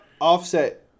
offset